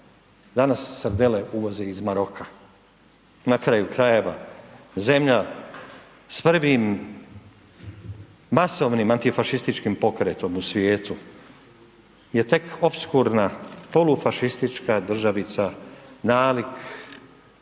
danas srdele uvoze iz Maroka. Na kraju krajeva, zemlja s prvim masovnim antifašističkim pokretom u svijetu je tek opskurna polufašistička državica nalik